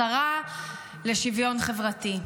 השרה לשוויון חברתי,